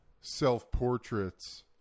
self-portraits